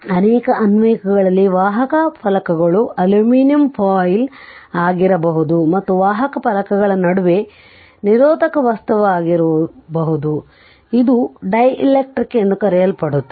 ಅನೇಕ ಅನ್ವಯಿಕೆಗಳಲ್ಲಿ ವಾಹಕ ಫಲಕಗಳು ಅಲ್ಯೂಮಿನಿಯಂ ಫಾಯಿಲ್ ಆಗಿರಬಹುದು ಮತ್ತು ವಾಹಕ ಫಲಕಗಳ ನಡುವೆ ನಿರೋಧಕ ವಸ್ತುವಾಗಿರಬಹುದು ಇದು ಡೈಎಲೆಕ್ಟ್ರಿಕ್ ಎಂದು ಕರೆಯಲ್ಪಡುತ್ತದೆ